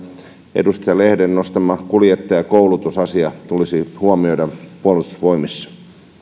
edustaja lehden nostama kuljettajakoulutusasia tulisi huomioida puolustusvoimissa